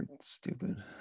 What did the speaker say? Stupid